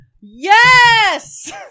Yes